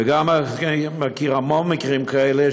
וגם אני מכיר המון מקרים כאלה,